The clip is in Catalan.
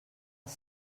els